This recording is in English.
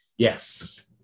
Yes